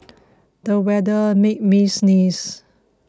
the weather made me sneeze